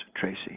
Tracy